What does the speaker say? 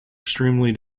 extremely